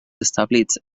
establits